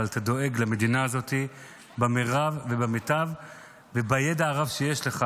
אתה דואג למדינה הזאת במרב ובמיטב ובידע הרב שיש לך,